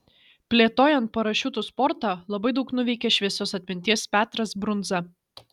plėtojant parašiutų sportą labai daug nuveikė šviesios atminties petras brundza